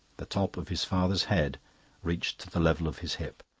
the top of his father's head reached to the level of his hip.